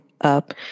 up